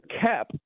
cap